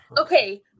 Okay